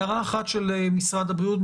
הערה אחת של משרד הבריאות,